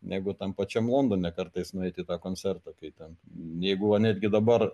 negu tam pačiam londone kartais nueit į tą koncertą tai ten jeigu va netgi dabar